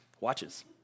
watches